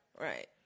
Right